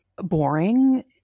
boring